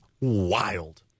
wild